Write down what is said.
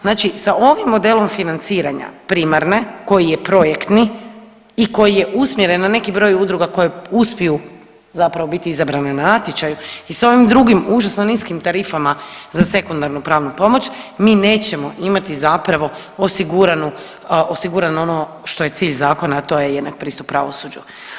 Znači sa ovim modelom financiranja primarne koji je projektni i koji je usmjeren na neki broj udruga koje uspiju zapravo biti izabrane na natječaju i s ovim drugim užasno niskim tarifama za sekundarnu pravnu pomoć mi nećemo imati zapravo osiguranu, osigurano ono što je cilj zakona, a to je jednak pristup pravosuđu.